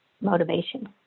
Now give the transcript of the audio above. motivation